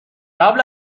قبل